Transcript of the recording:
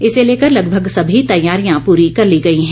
इसे लेकर लगभग सभी तैयारियां पूरी कर ली गई हैं